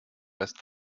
rest